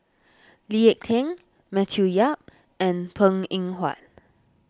Lee Ek Tieng Matthew Yap and Png Eng Huat